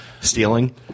Stealing